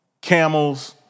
camels